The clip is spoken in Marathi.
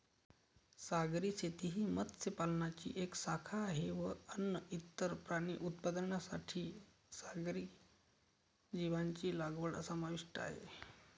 सागरी शेती ही मत्स्य पालनाची एक शाखा आहे व अन्न, इतर प्राणी उत्पादनांसाठी सागरी जीवांची लागवड समाविष्ट आहे